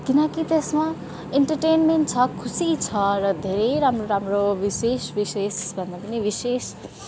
किनकि त्यसमा इन्टर्टेन्मेन्ट छ खुसी छ र धेरै राम्रो राम्रो विशेष विशेषभन्दा पनि विशेष